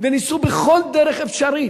וניסו בכל דרך אפשרית.